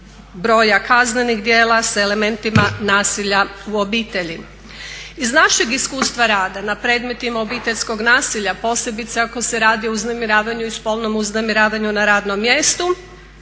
broja kaznenih djela sa elementima nasilja u obitelji. Iz našeg iskustva rada na predmetima obiteljskog nasilja posebice ako se radi o uznemiravanju i spolnom uznemiravanju na radnom mjestu